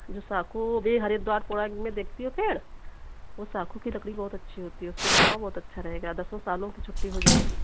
जो साखू है वो भी हरिद्वार में देखती हो क्या वो साखू की लकड़ी बहुत अच्छी होती है उससे बनवाओ बहुत अच्छा रहेगा दसों सालों की छुट्टी हो जाएगी